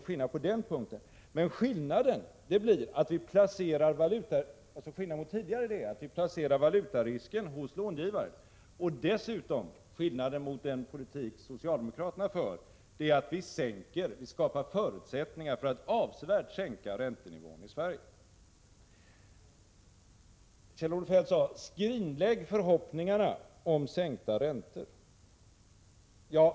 Skillnaden mot tidigare är alltså att valutarisken placeras hos långivare. Skillnaden mot den politik som socialdemokraterna för är att vi skapar förutsättningar för att avsevärt sänka räntenivån i Sverige. Kjell-Olof Feldt sade: Skrinlägg förhoppningarna om sänkta räntor!